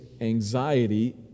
anxiety